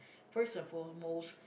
first and foremost